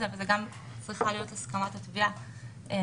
וגם צריכה להיות הסכמה של התביעה